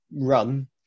run